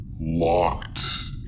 locked